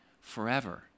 forever